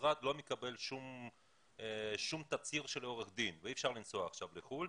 המשרד לא מקבל שום תצהיר של עורך דין ואי אפשר לנסוע עכשיו לחו"ל.